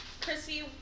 Chrissy